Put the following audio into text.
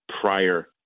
prior